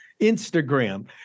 Instagram